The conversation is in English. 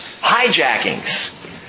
hijackings